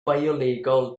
biolegol